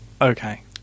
Okay